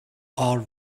all